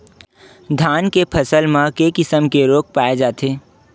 धान के फसल म के किसम के रोग पाय जाथे?